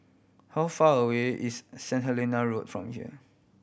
how far away is Saint Helena Road from here